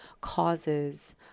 causes